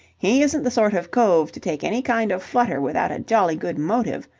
he isn't the sort of cove to take any kind of flutter without a jolly good motive.